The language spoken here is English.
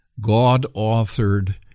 God-authored